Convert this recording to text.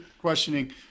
questioning